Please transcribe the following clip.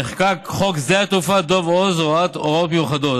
נחקק חוק שדה התעופה דב הוז (הוראות מיוחדות),